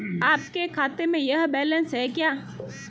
आपके खाते में यह बैलेंस है क्या?